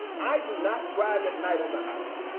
i do not drive at night on the highway.